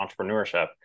entrepreneurship